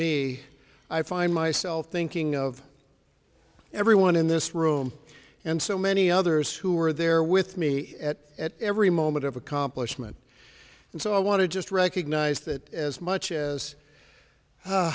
me i find myself thinking of everyone in this room and so many others who are there with me at every moment of accomplishment and so i want to just recognize that as much as